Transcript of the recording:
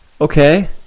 okay